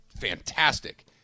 fantastic